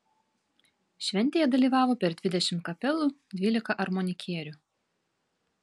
šventėje dalyvavo per dvidešimt kapelų dvylika armonikierių